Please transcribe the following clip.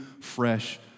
fresh